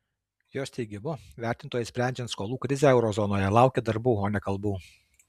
jos teigimu vertintojai sprendžiant skolų krizę euro zonoje laukia darbų o ne kalbų